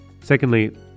Secondly